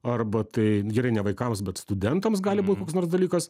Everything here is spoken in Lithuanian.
arba tai gerai ne vaikams bet studentams gali būti koks nors dalykas